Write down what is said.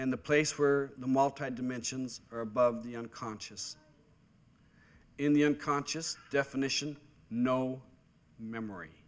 in the place where the maltese dimensions are above the unconscious in the unconscious definition no memory